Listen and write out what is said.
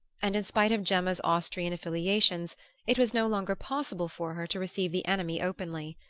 and in spite of gemma's austrian affiliations it was no longer possible for her to receive the enemy openly.